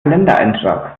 kalendereintrag